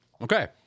Okay